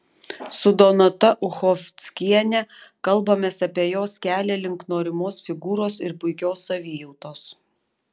su donata uchockiene kalbamės apie jos kelią link norimos figūros ir puikios savijautos